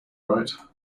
right